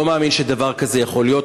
לא מאמין שדבר כזה יכול להיות.